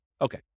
Okay